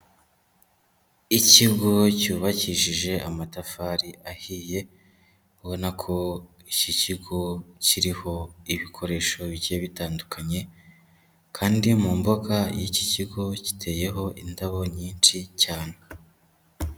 Ikigo cyubakishije amatafari ahiye, ubona ko iki kigo kiriho ibikoresho bigiye bitandukanye kandi mu mbuga y'iki kigo giteyeho indabo nyinshi cyane.